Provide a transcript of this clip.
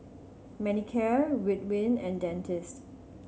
Manicare Ridwind and Dentiste